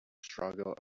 struggle